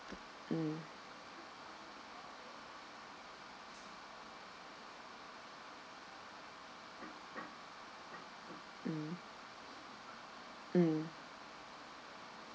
mm mm mm